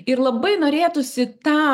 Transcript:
ir labai norėtųsi tą